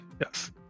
Yes